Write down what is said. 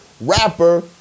rapper